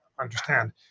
understand